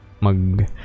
mag